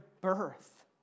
birth